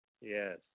yes